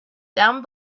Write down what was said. down